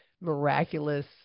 miraculous